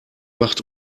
macht